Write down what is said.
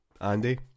Andy